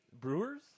brewers